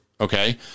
okay